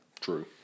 True